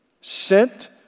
sent